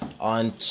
on